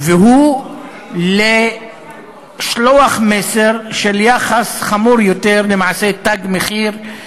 והוא לשלוח מסר של יחס חמור יותר למעשי "תג מחיר",